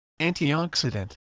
antioxidant